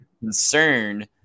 concern